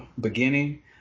beginning